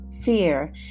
fear